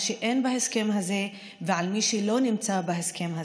שאין בהסכם הזה ועל מי שלא נמצא בהסכם הזה,